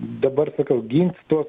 dabar sakau gint tuos